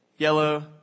Yellow